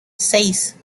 seis